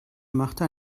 machte